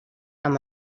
amb